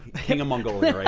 king of mongolia yeah